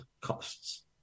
costs